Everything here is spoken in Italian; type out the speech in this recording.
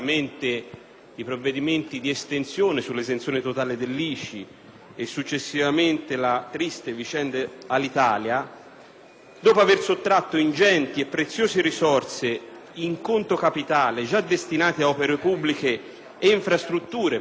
e successivamente la triste vicenda Alitalia, dopo aver sottratto ingenti e preziose risorse in conto capitale già destinate a opere pubbliche e infrastrutture prevalentemente localizzate al Sud,